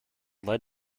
led